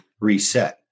reset